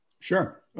Sure